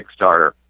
Kickstarter